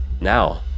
Now